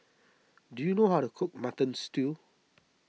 do you know how to cook Mutton Stew